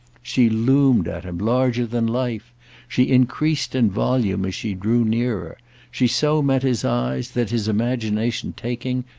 she loomed at him larger than life she increased in volume as she drew nearer she so met his eyes that, his imagination taking,